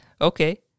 Okay